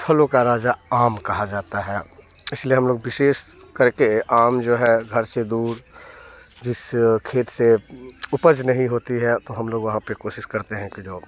फलों का राजा आम कहा जाता है इसलिए हम लोग विशेष करके आम जो है घर से दूर जिससे खेत से उपज नहीं होती है तो हम लोग वहाँ पे कोशिश करते हैं कि जो